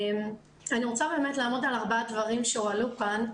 אני רוצה לעמוד על ארבעה דברים שהועלו כאן,